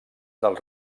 del